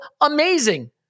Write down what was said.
amazing